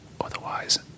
Otherwise